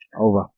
Over